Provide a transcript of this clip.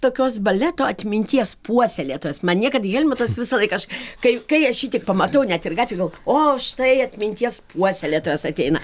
tokios baleto atminties puoselėtojas man niekad helmutas visą laiką aš kai kai aš jį tik pamatau net ir gatvėj galvoju o štai atminties puoselėtojas ateina